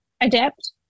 adapt